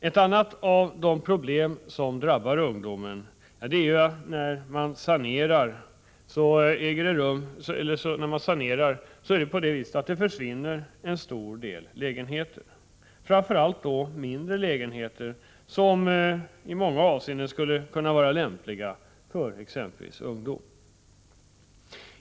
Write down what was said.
Ett annat av de problem som drabbar ungdomen är att när man sanerar försvinner en stor del av lägenheterna, framför allt mindre lägenheter som i många avseenden skulle kunna vara lämpliga för t.ex. ungdomar.